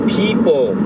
people